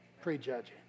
Prejudging